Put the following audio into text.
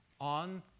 on